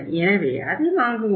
எனவே அதை வாங்குவோம்